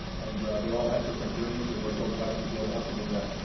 and they all have different dreams, and we're so blessed to be able to help them with that.